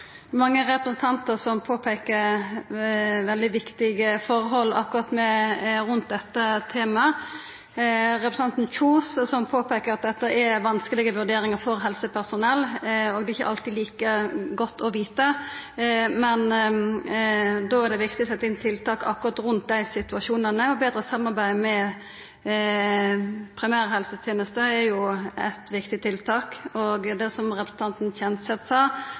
mange representantar som påpeiker veldig viktige forhold rundt akkurat dette temaet. Representanten Kjønaas Kjos påpeikte at dette er vanskelege vurderingar for helsepersonell, og at det ikkje alltid er like godt å vita. Men då er det viktig å setja inn tiltak rundt akkurat dei situasjonane. Å betra samarbeidet med primærhelsetenesta er eit viktig tiltak. Representanten Kjenseth sa